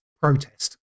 protest